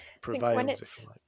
prevails